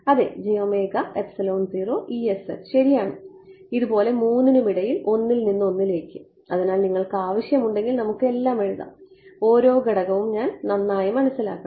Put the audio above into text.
അതെ ശരിയാണ് ഇതുപോലെ മൂന്നിനും ഇടയിൽ ഒന്നിൽനിന്ന് ഒന്നിലേക്ക് ഉണ്ട് അതിനാൽ നിങ്ങൾക്കാവശ്യമുണ്ടെങ്കിൽ നമുക്ക് എല്ലാം എഴുതാം ഓരോ ഘടകവും ഞാൻ നന്നായി മനസ്സിലാക്കണം